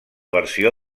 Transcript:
versió